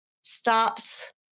stops